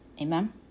Amen